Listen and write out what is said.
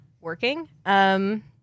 working